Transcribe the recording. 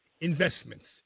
Investments